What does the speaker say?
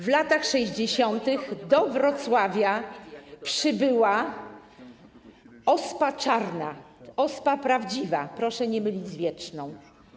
W latach 60. do Wrocławia przybyła ospa czarna, ospa prawdziwa, proszę nie mylić z wietrzną.